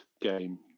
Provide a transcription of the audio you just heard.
game